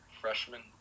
Freshman